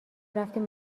رفتیم